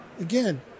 again